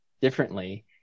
differently